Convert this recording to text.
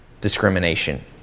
discrimination